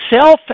Self